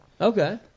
okay